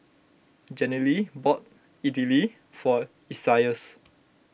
Jenilee bought Idili for Isaias